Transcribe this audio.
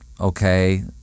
okay